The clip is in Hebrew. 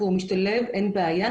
הוא משתלב ואין בעיה.